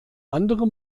andere